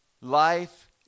Life